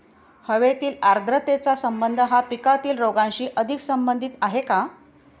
हवेतील आर्द्रतेचा संबंध हा पिकातील रोगांशी अधिक संबंधित आहे का?